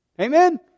Amen